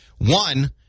One